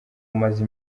umaze